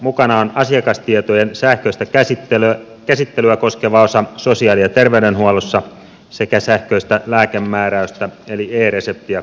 mukana on asiakastietojen sähköistä käsittelyä koskeva osa sosiaali ja terveydenhuollossa sekä sähköistä lääkemääräystä eli e reseptiä koskeva osuus